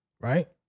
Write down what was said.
Right